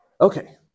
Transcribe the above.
Okay